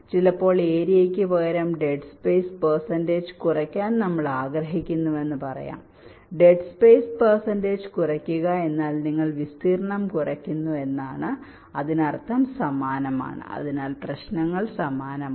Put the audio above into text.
ചിലപ്പോൾ ഏരിയക്ക് പകരം ഡെഡ് സ്പേസ് പെർസെന്റജ് കുറക്കാൻ നമ്മൾ ആഗ്രഹിക്കുന്നുവെന്ന് പറയാം ഡെഡ് സ്പേസ് പെർസെന്റജ് കുറയ്ക്കുക എന്നാൽ നിങ്ങൾ വിസ്തീർണ്ണം കുറയ്ക്കുന്നു എന്നാണ് അതിനർത്ഥം സമാനമാണ് അതിനാൽ പ്രശ്നങ്ങൾ സമാനമാണ്